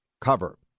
cover